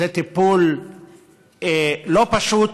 זה טיפול לא פשוט,